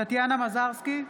טטיאנה מזרסקי,